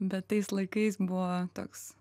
bet tais laikais buvo toks